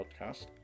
podcast